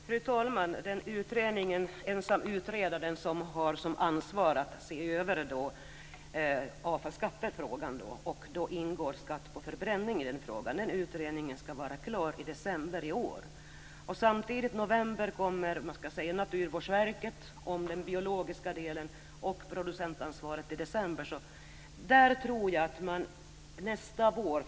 Fru talman! Den ensamutredare som ansvarar för att se över avfallsskattefrågan - i den utredningen ingår också skatt på förbränning - ska vara klar med sin utredning i december i år. I november kommer Naturvårdsverket med sin utredning om den biologiska delen och i december presenteras utredningen om producentansvaret.